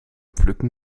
pflücken